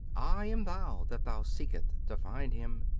i am thou that thou seekest to find him,